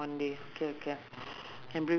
so this is in yishun